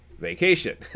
vacation